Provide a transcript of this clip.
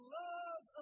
love